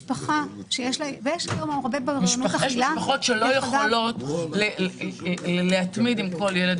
משפחה שיש לה --- יש משפחות שלא יכולות להתמיד עם כל ילד.